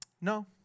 No